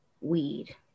weed